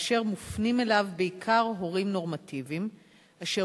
אשר מופנים אליו בעיקר הורים נורמטיביים אשר